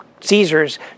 Caesars